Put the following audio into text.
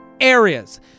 areas